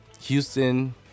Houston